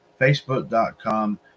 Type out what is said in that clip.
facebook.com